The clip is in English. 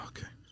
Okay